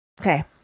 Okay